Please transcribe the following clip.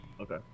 Okay